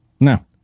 No